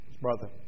brother